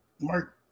Mark